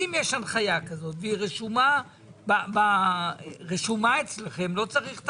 אם יש הנחיה כזאת והיא רשומה אצלכם, לא צריך את